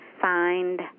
find